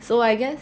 so I guess